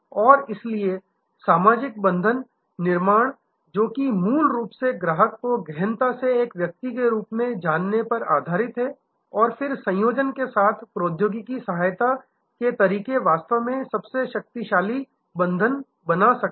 और इसलिए सामाजिक बंधन निर्माण जो मूल रूप से ग्राहक को गहनता से एक व्यक्ति के रूप में जानने पर आधारित है और फिर संयोजन के साथ प्रौद्योगिकी सहायता के तरीके वास्तव में सबसे शक्तिशाली बंधन बना सकते हैं